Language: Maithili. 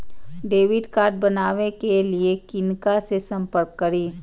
डैबिट कार्ड बनावे के लिए किनका से संपर्क करी?